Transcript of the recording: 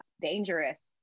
dangerous